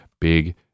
big